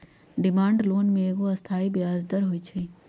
demand loan में एगो अस्थाई ब्याज दर होइ छइ